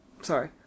Sorry